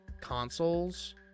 consoles